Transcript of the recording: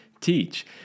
teach